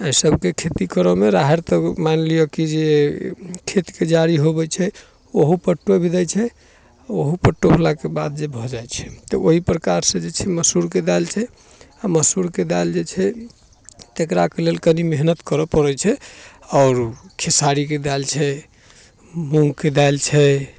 एहिसबके खेती करऽमे राहरि तऽ मानि लिअऽ कि जे खेत खेसारी होबे छै ओहो पर टोबि दै छै ओहूपर टोबलाके बाद जे भऽ जाइ छै तऽ ओहि प्रकारसँ जे छै मसूरके दालि छै अऽ मसूरके दालि जे छै तकराके लेल कनि मेहनति करऽ पड़ै छै आओर खेसारीके दालि छै मूँगके दालि छै